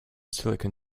silicon